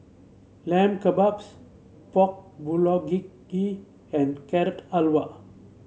Lamb Kebabs Pork and Carrot Halwa